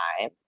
time